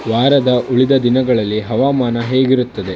ವಾರದ ಉಳಿದ ದಿನಗಳಲ್ಲಿ ಹವಾಮಾನ ಹೇಗಿರುತ್ತದೆ